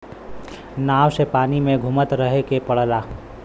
नाव से पानी में घुमत रहे के पड़ला